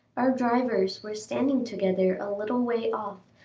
our drivers were standing together a little way off,